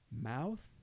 Mouth